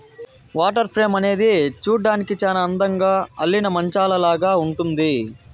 water frame అనేది చూడ్డానికి చానా అందంగా అల్లిన మంచాలాగా ఉంటుంది